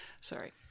sorry